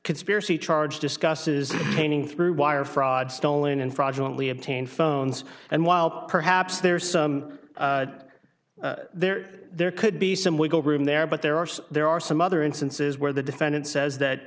conspiracy charge discusses painting through wire fraud stolen and fraudulently obtained phones and while perhaps there's some there there could be some wiggle room there but there are some there are some other instances where the defendant says that